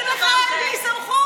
למה אתה מסכים לכהן בלי סמכות?